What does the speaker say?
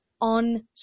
on